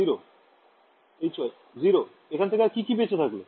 0 Hy 0 এখান থেকে আর কিকি বেচে থাকল